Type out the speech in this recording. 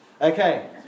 Okay